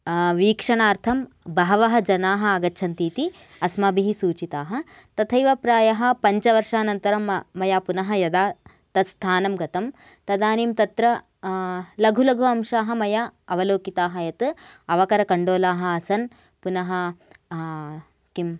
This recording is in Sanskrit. वीक्षणार्थं बहवः जनाः आगच्छन्ति इति अस्माभिः सूचिताः तथैव प्रायः पञ्चवर्षानन्तरं मया पुनः यदा तत्स्थानं गतं तदानीं तत्र लघु लघु अंशाः मया अवलोकिताः यत् अवकरकण्डोलाः आसन् पुनः किं